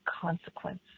consequence